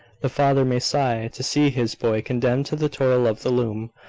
the father may sigh to see his boy condemned to the toil of the loom,